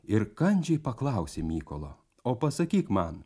ir kandžiai paklausė mykolo o pasakyk man